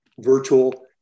virtual